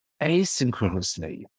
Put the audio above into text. asynchronously